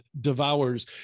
devours